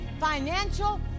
financial